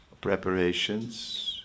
preparations